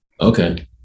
Okay